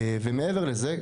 ומעבר לזה,